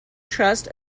trust